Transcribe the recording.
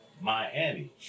Miami